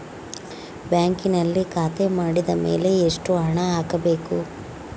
ಬ್ಯಾಂಕಿನಲ್ಲಿ ಖಾತೆ ಮಾಡಿದ ಮೇಲೆ ಎಷ್ಟು ಹಣ ಹಾಕಬೇಕು?